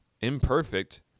imperfect